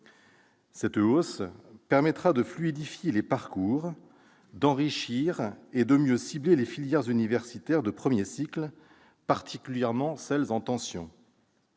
Cette hausse permettra de fluidifier les parcours, d'enrichir et de mieux cibler les filières universitaires de premier cycle, particulièrement celles qui sont